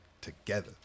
together